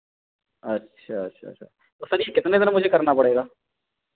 अच्छा अच्छा अच्छा तो सर यह कितने दिन मुझे करना पड़ेगा